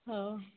ହେଉ